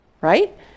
Right